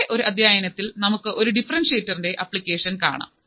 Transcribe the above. വേറെ ഒരു അധ്യായത്തിത്തിൽ നമുക്ക് ഒരു ഡിഫറെൻഷ്യറ്റർ അപ്ലിക്കേഷൻ കാണാം